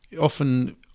often